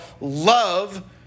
love